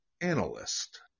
analyst